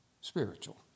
spiritual